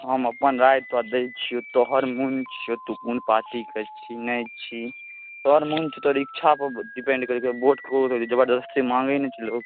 हम अपन राय तोरा दै छिऔ तोहर मोन छिऔ तू कोन पार्टीके छी नहि छी तोहर मोन तोहर इच्छापर डिपेन्ड करै छौ वोट जबरदस्ती माँगै नहि छै लोक